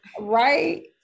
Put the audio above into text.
Right